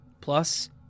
Plus